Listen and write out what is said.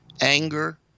anger